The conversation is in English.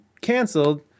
canceled